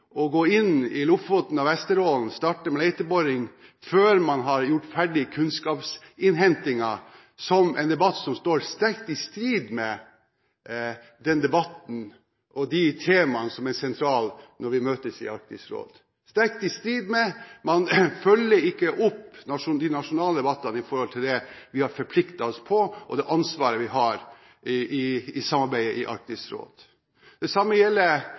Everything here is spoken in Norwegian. å gå inn i Lofoten og Vesterålen og starte med leteboring før man har gjort ferdig kunnskapsinnhentingen, som en debatt som står sterkt i strid med den debatten og de temaene som er sentrale når vi møtes i Arktisk råd. Man følger ikke opp de nasjonale debattene når det gjelder det vi har forpliktet oss på, og det ansvaret vi har i samarbeidet i Arktisk råd. Det samme gjelder